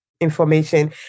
information